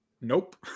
Nope